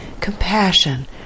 compassion